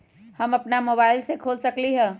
हम अपना मोबाइल से खोल सकली ह?